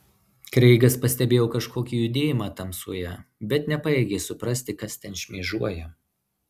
kreigas pastebėjo kažkokį judėjimą tamsoje bet nepajėgė suprasti kas ten šmėžuoja